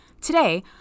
Today